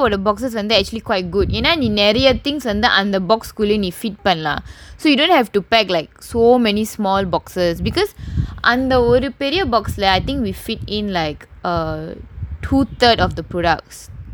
வந்து:vanthu actually quite good ஏன்னா நீ நெறைய:yaennaa nee neraiya things வந்து அந்த:vanthu antha box குள்ளயே நீ:kullayae nee fit பண்லாம்:panlaam so you don't have to pack like so many small boxes because அந்த ஒரு பெரிய:antha oru periya box lah I think we fit in like err two third of the products